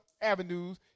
avenues